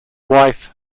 wife